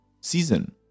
season